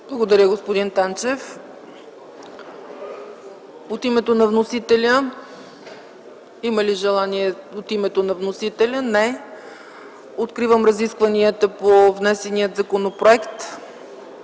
Благодаря, господин Танчев. От името на вносителя има ли желание за изказване? Не. Откривам разискванията по внесения законопроект.